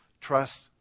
trust